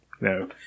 No